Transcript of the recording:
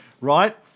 Right